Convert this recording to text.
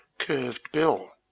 curved bill.